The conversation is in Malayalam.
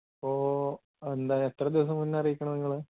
അപ്പോള് എന്താണ് എത്ര ദിവസം മുന്നേ അറിയിക്കണം നിങ്ങളെ